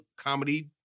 comedy